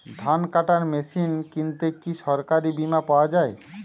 ধান কাটার মেশিন কিনতে কি সরকারী বিমা পাওয়া যায়?